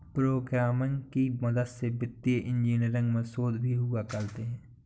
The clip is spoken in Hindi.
प्रोग्रामिंग की मदद से वित्तीय इन्जीनियरिंग में शोध भी हुआ करते हैं